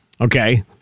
Okay